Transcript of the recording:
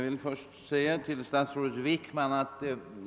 Herr talman!